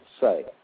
say